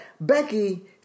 Becky